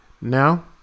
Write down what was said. Now